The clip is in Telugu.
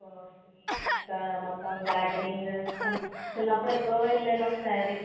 కాఫీ ఇంకా మొత్తం గార్డెనింగు చిన్నప్పుడు ఎప్పుడో వెళ్ళాను ఒకసారి